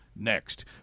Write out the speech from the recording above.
next